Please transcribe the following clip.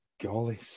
golly